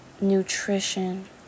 nutrition